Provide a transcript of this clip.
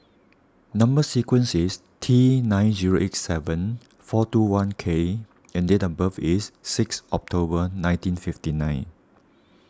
Number Sequence is T nine zero eight seven four two one K and date of birth is six October nineteen fifty nine